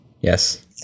Yes